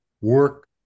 work